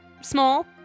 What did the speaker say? small